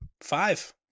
Five